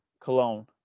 Cologne